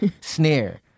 snare